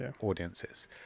audiences